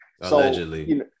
Allegedly